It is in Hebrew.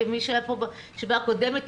מי שהיה פה בישיבה הקודמת,